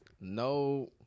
no